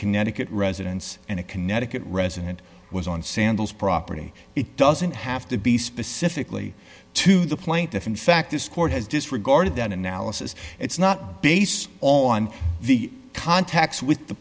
connecticut residents and a connecticut resident was on sandals property it doesn't have to be specifically to the plaintiff in fact this court has disregarded that analysis it's not based on the contacts with the